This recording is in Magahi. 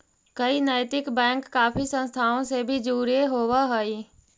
कई नैतिक बैंक काफी संस्थाओं से भी जुड़े होवअ हई